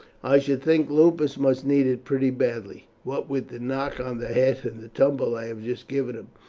i should think lupus must need pretty badly, what with the knock on the head and the tumble i have just given him.